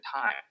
time